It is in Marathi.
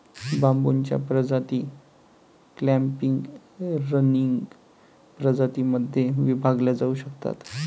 बांबूच्या प्रजाती क्लॅम्पिंग, रनिंग प्रजातीं मध्ये विभागल्या जाऊ शकतात